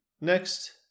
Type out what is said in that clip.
Next